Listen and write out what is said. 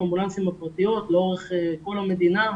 האמבולנסים הפרטיות לאורך כל המדינה.